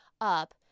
up